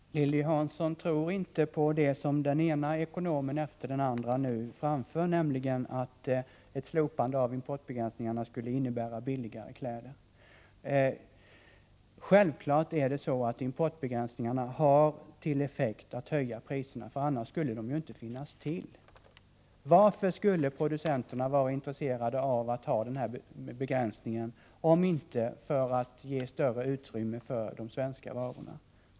Herr talman! Lilly Hansson tror inte på det som den ena ekonomen efter den andra nu framför, nämligen att slopande av importbegränsningarna skulle innebära billigare kläder. Naturligtvis har importbegränsningarna till effekt att priserna höjs, för annars skulle de ju inte finnas till. Varför skulle producenterna vara intresserade av att ha den här begränsningen, om inte för att ge större utrymme för de svenska varorna?